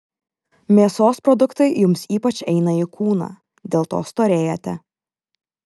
mėsos produktai jums ypač eina į kūną dėl to storėjate